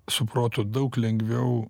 su protu daug lengviau